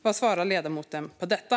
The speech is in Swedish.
Vad svarar ledamoten på detta?